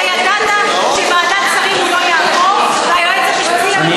אתה ידעת שוועדת שרים הוא לא יעבור והיועץ המשפטי לא יאשר,